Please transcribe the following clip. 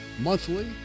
monthly